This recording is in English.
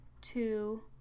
two